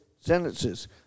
sentences